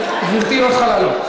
גברתי לא צריכה לעלות.